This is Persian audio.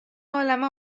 عالمه